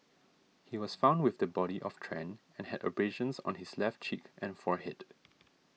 he was found with the body of Tran and had abrasions on his left cheek and forehead